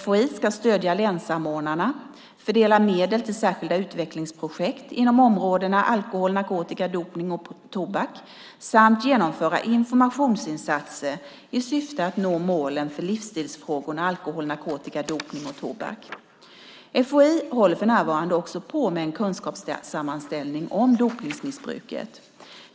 FHI ska stödja länssamordnarna, fördela medel till särskilda utvecklingsprojekt inom områdena alkohol, narkotika, dopning och tobak samt genomföra informationsinsatser i syfte att nå målen för livsstilsfrågorna alkohol, narkotika, dopning och tobak. FHI håller för närvarande också på med en kunskapssammanställning om dopningsmissbruket.